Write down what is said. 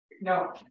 No